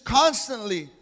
constantly